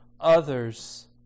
others